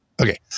Okay